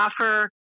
offer